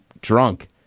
drunk